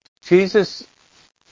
Jesus